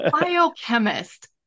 biochemist